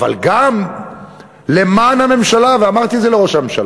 אבל גם למען הממשלה, ואמרתי את זה לראש הממשלה,